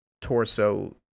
torso